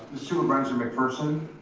supervisor mcpherson